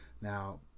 Now